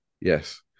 Yes